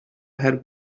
had